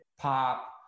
pop